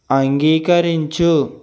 అంగీకరించు